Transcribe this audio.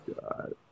god